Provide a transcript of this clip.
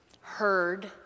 heard